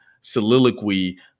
soliloquy